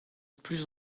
plus